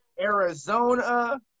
Arizona